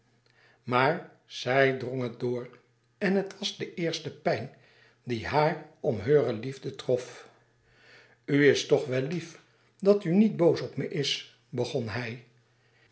maar zij drng het door en het was de eerste pijn die haar om heure liefde trof u is toch wel lief dat u niet boos op me is begon hij